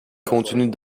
continue